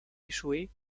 échoué